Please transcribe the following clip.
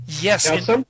Yes